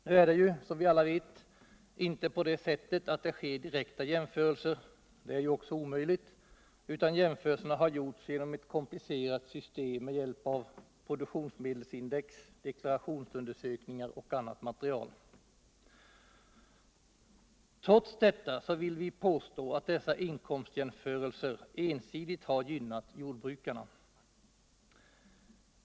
Nu är det ju som vi alla vet inte på det sättet att det sker direkta jämförelser, det är ju också omöjligt, utan jämförelserna har gjorts genom ett komplicerat system med hjälp av produktionsmedelsindex, deklarationsundersökningar och annat material. Trots detta vill vi påstå att dessa inkomstjämförelser ensidigt har gynnat jordbrukarna.